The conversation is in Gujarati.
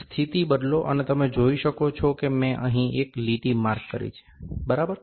સ્થિતિ બદલો અને તમે જોઈ શકો છો કે મેં અહીં એક લીટી માર્ક કરી છે બરાબર